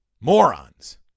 Morons